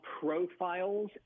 profiles